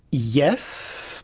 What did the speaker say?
yes,